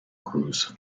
crews